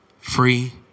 free